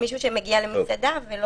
מי שמגיע למסעדה.